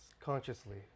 consciously